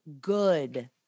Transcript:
good